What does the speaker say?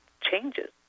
changes